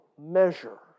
measure